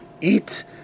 Eat